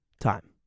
time